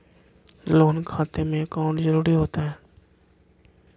Loan खाते में account जरूरी होता है?